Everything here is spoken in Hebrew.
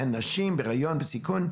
בהן נשים בהיריון בסיכון,